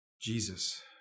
Jesus